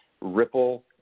ripple